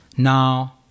Now